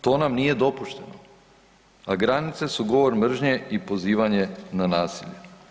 To nam nije dopušteno, a granice su govor mržnje i pozivanje na nasilje.